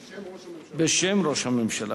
רבותי,